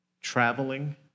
traveling